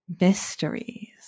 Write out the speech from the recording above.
mysteries